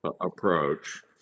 approach